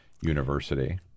University